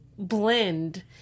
blend